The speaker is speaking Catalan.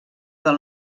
del